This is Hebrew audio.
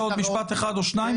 אתה רוצה עוד משפט אחד או שניים?